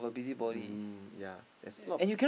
mm ya there's a lot